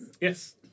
Yes